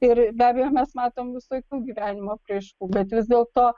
ir be abejo mes matom visokių gyvenimo apraiškų bet vis dėlto